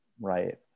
right